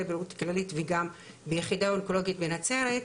בריאות כללית וגם ביחידה האונקולוגית בנצרת,